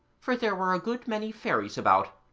for there were a good many fairies about,